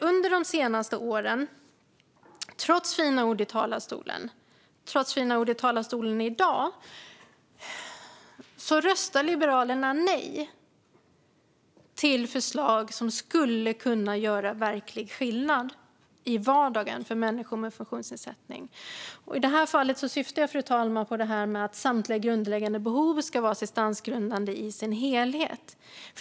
Under de senaste åren, trots fina ord i talarstolen - också i dag - röstar Liberalerna nej till förslag som skulle kunna göra verklig skillnad i vardagen för människor med funktionsnedsättning. I det här fallet, fru talman, syftar jag på detta med att samtliga grundläggande behov ska vara assistansgrundande i sin helhet.